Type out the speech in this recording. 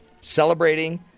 Celebrating